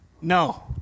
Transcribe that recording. No